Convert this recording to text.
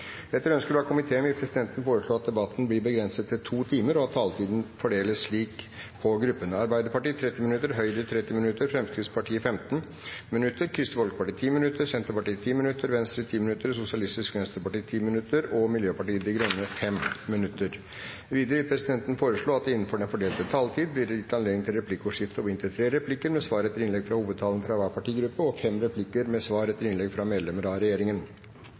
Etter ønske fra helse- og omsorgskomiteen vil presidenten foreslå at debatten blir begrenset til 2 timer, og at taletiden fordeles slik på gruppene: Arbeiderpartiet 30 minutter, Høyre 30 minutter, Fremskrittspartiet 15 minutter, Kristelig Folkeparti 10 minutter, Senterpartiet 10 minutter, Venstre 10 minutter, Sosialistisk Venstreparti 10 minutter og Miljøpartiet De Grønne 5 minutter. Videre vil presidenten foreslå at det innenfor den fordelte taletid blir gitt anledning til replikkordskifte på inntil tre replikker med svar etter innlegg fra hovedtalerne fra hver partigruppe og fem replikker med svar etter innlegg fra medlemmer av regjeringen.